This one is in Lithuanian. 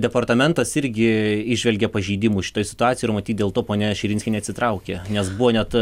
departamentas irgi įžvelgia pažeidimų šitoj situacijoj matyt dėl to ponia širinskienė atsitraukė nes buvo net